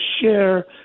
share